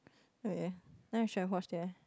wait then I should have watched it eh